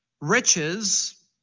Riches